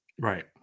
Right